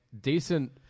decent